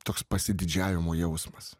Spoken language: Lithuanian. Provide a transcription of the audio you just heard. toks pasididžiavimo jausmas